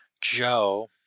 Joe